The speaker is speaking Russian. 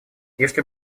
если